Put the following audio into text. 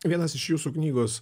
vienas iš jūsų knygos